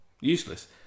Useless